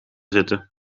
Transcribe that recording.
zitten